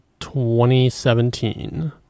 2017